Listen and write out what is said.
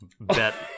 Bet